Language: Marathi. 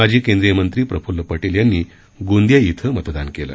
माजी केंद्रीय मंत्री प्रफूल्ल पटेल यांनी गोंदिया श्री मतदान केलं